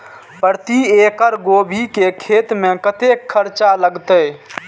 प्रति एकड़ गोभी के खेत में कतेक खर्चा लगते?